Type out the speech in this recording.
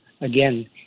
again